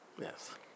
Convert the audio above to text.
Yes